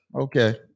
okay